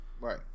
Right